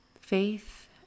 Faith